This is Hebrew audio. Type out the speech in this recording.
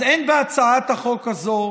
אז אין בהצעת החוק הזו